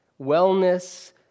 wellness